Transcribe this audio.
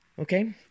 Okay